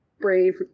Brain